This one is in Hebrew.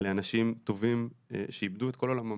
לאנשים טובים שאיבדו את כל עולמם.